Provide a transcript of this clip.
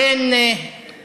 זה